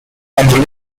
and